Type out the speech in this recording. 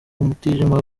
mutijima